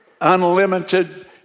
unlimited